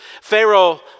Pharaoh